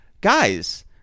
guys